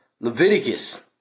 Leviticus